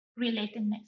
relatedness